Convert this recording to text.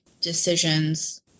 decisions